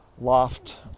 loft